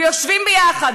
ויושבים יחד,